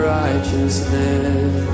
righteousness